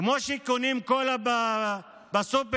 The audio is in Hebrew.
כמו שקונים קולה בסופר.